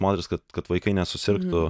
moterys kad kad vaikai nesusirgtų